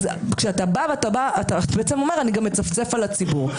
אז אתה בעצם אומר: אני גם מצפצף על הציבור.